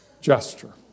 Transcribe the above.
gesture